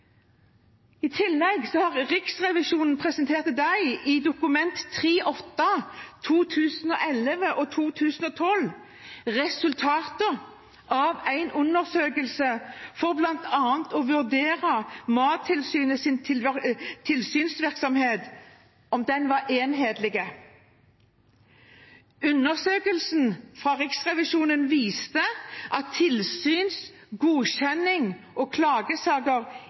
I tillegg presenterte Riksrevisjonen i Dokument 3:8 for 2011–2012 resultatet av en undersøkelse for bl.a. å vurdere om Mattilsynets tilsynsvirksomhet var enhetlig. Undersøkelsen fra Riksrevisjonen viste at tilsyns-, godkjennings- og klagesaker